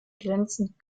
glänzend